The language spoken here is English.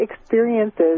experiences